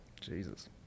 Jesus